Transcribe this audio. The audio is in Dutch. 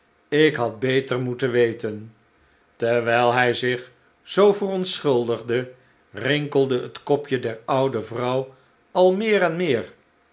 ik had beter moeten weten terwijl hij zich zoo verontschuldigde rinkelde het kopje der oude vrouw al meer en meer